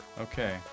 Okay